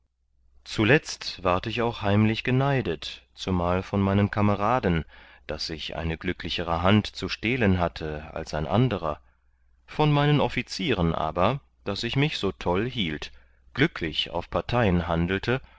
zuletzt ward ich auch heimlich geneidet zumal von meinen kameraden daß ich eine glücklichere hand zu stehlen hatte als ein anderer von meinen offizierern aber daß ich mich so toll hielt glücklich auf parteien handelte